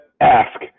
ask